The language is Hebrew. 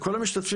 כל המשתתפים